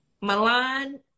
Milan